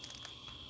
I had to